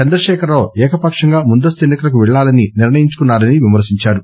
చంద్రశేఖరరావు ఏకపక్షంగా ముందస్తు ఎన్సి కలకు పెళ్లాలని నిర్ణయించారని విమర్పించారు